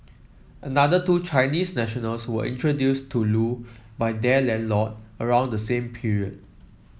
another two Chinese nationals were introduced to Loo by their landlord around the same period